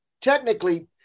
technically